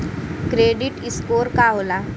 Credit score का होला?